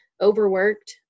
overworked